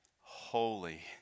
holy